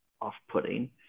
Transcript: off-putting